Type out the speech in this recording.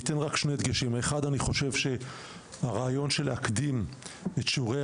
אני אתן רק שני הדגשים: 1. אני חושב שהרעיון להקדים את שיעורי